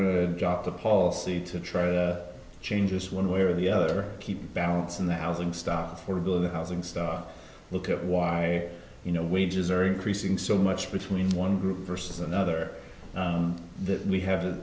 ok the policy to try to change is one way or the other keep balance in the housing stock for building housing stock look at why you know wages are increasing so much between one group versus another that we have the